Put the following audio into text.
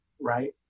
right